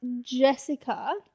Jessica